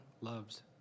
loves